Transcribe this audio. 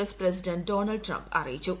S president Donald Trump അറിയിച്ചു